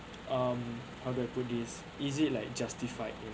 um how do I put this is it like justified you know